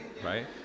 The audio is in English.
right